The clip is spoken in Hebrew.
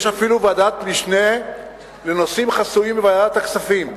יש אפילו ועדת משנה לנושאים חסויים בוועדת הכספים.